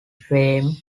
fame